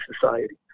society